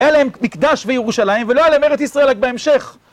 אלה הם מקדש וירושלים, ולא אלה מארץ ישראל, רק בהמשך.